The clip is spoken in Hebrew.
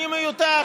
אני מיותר.